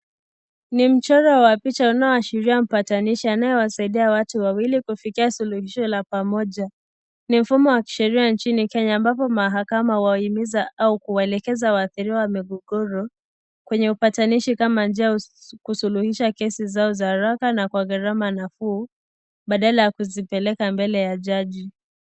Ni mchoro wa picha unaoashiria mpatanisho ambao wanasaidia watu wawili kufikia suluhisho la pamoja, Ni mfumo wa kisheria nchini Kenya ambapo mahakama uwahimiza au kuwaelekeza wahadhiriwa kwenye upatanishi kama njia za kusuluhisha kesi zao za haraka na Kwa gharama nafuu badala ya kuzipelela juu mbele ya jaji